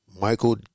Michael